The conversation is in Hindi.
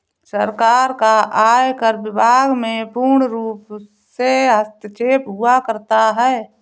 सरकार का आयकर विभाग में पूर्णरूप से हस्तक्षेप हुआ करता है